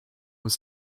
was